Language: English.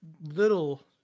little